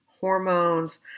hormones